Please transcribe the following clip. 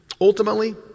Ultimately